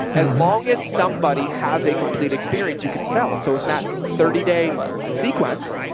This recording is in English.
as long as somebody has a complete experience, you can sell. so if not thirty day sequence,